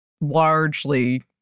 largely